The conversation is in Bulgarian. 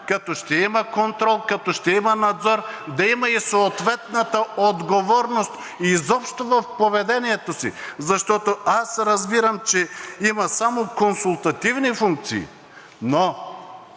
Като ще има контрол, като ще има надзор, да има и съответната отговорност изобщо в поведението си, защото аз разбирам, че има само консултативни функции. По